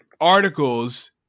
articles